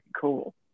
cool